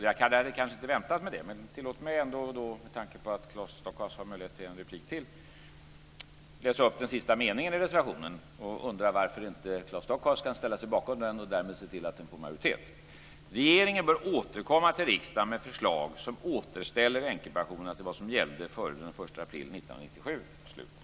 Jag kanske inte heller hade väntat mig det, men tillåt mig ändå, med tanke på att Claes Stockhaus har en replik till, att läsa upp den sista meningen i reservationen och undra varför inte Claes Stockhaus kan ställa sig bakom reservationen och därmed se till att den får majoritet: "Regeringen bör återkomma till riksdagen med förslag som återställer änkepensionerna till vad som gällde före den 1 april 1997."